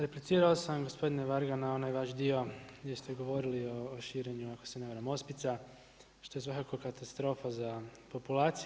Replicirao sam gospodine Varga na onaj vaš dio gdje se govorili o širenju ako se ne varam ospica što je svakako katastrofa za populaciju.